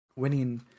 Winning